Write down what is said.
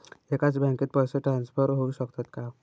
एकाच बँकेत पैसे ट्रान्सफर होऊ शकतात का?